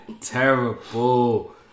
terrible